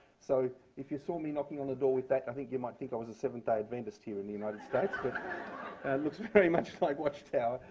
so if you saw me knocking on the door with that, i think you might think i was a seventh-day adventist here in the united states. it and looks very much like watchtower.